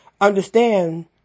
understand